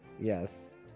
Yes